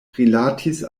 rilatis